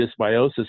dysbiosis